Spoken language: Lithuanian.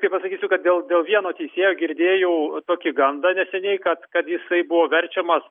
kaip pasakysiu kad daugiau vieno teisėjo girdėjau tokį gandą neseniai kad kad jisai buvo verčiamas